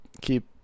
keep